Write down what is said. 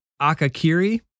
Akakiri